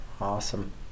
awesome